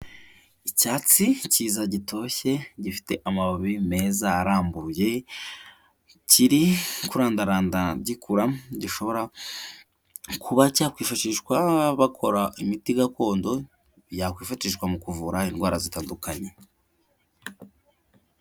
Icyatsi kiza gitoshye gifite amababi meza arambuye, kiri kurandaranda gikura. Gishobora kuba cyakwifashishwa bakora imiti gakondo yakwifatishwa mu kuvura indwara zitandukanye.